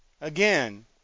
Again